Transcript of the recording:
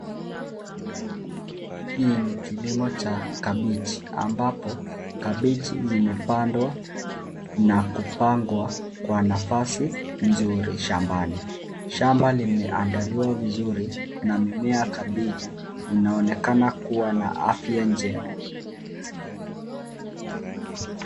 Hii ni kilimo cha kabichi ambapo kabichi zimepandwa na kupangwa kwa nafasi nzuri shambani. Shamba limeandaliwa vizuri na mimea ya kabeji inaonekana kuwa na afya njema.